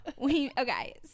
Okay